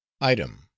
item